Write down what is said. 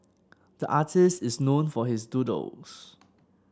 the artist is known for his doodles